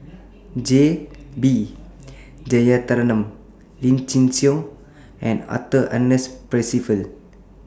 J B Jeyaretnam Lim Chin Siong and Arthur Ernest Percival